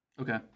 Okay